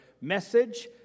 message